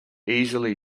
easily